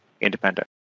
independent